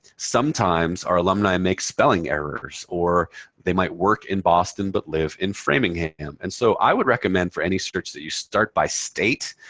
sometimes our alumni make spelling errors or they might work in boston but live in framingham. and so i would recommend for any search that you start by state.